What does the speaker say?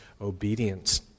obedience